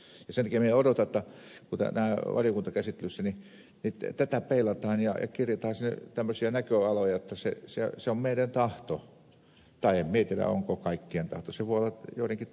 sen takia minä odotan että kun tämä on valiokuntakäsittelyssä niin tätä peilataan ja kirjataan tämmöisiä näköaloja jotta se on meidän tahto tai en minä tiedä onko se kaikkien tahto